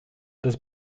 des